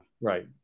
right